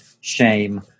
shame